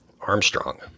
Armstrong